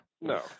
no